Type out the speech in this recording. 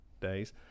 days